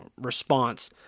response